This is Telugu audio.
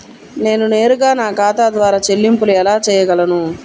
నేను నేరుగా నా ఖాతా ద్వారా చెల్లింపులు ఎలా చేయగలను?